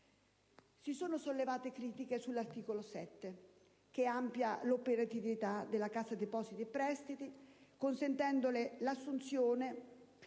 Si sono sollevate critiche sull'articolo 7, che amplia l'operatività della Cassa depositi e prestiti, consentendole l'assunzione